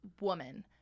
woman